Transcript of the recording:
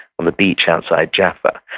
on the beach outside jaffa.